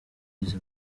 izi